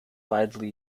widely